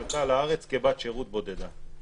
עלתה לארץ כבת שירות בודדה.